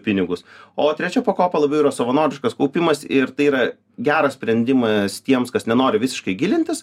pinigus o trečia pakopa labiau yra savanoriškas kaupimas ir tai yra geras sprendimas tiems kas nenori visiškai gilintis